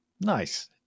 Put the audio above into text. Nice